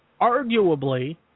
arguably